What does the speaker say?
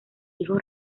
hijos